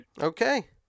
Okay